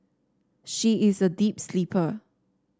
she is a deep sleeper